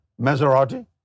Maserati